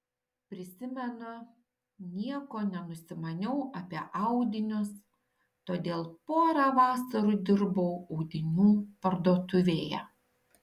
prisimenu nieko nenusimaniau apie audinius todėl porą vasarų dirbau audinių parduotuvėje